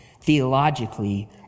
theologically